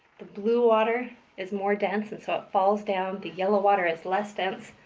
the blue water is more dense and so it falls down. the yellow water is less dense,